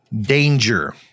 danger